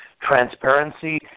transparency